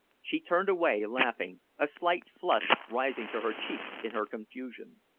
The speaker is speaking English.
she turned away laughing, a slight flush rising to her cheeks in her confusion.